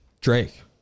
drake